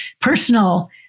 personal